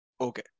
Okay